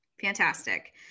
Fantastic